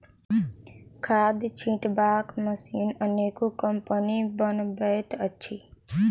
खाद छिटबाक मशीन अनेको कम्पनी बनबैत अछि